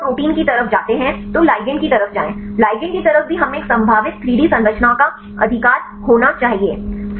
इसलिए यदि आप प्रोटीन की तरफ जाते हैं तो लिगैंड की तरफ जाएं लिगैंड की तरफ भी हमें एक संभावित 3 डी संरचना का अधिकार होना चाहिए